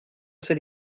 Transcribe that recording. ser